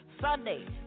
Sunday